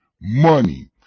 money